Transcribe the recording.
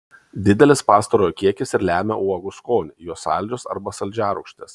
didelis pastarojo kiekis ir lemia uogų skonį jos saldžios arba saldžiarūgštės